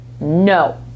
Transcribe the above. No